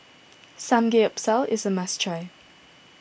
Samgeyopsal is a must try